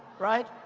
right?